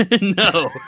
No